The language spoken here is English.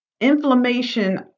Inflammation